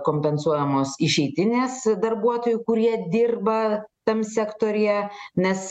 kompensuojamos išeitinės darbuotojų kurie dirba tam sektoriuje nes